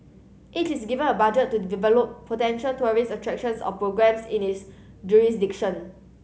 each is given a budget to develop potential tourist attractions or programmes in its jurisdiction